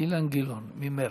אילן גילאון ממרצ.